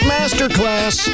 Masterclass